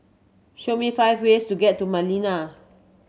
show me five ways to get to Manila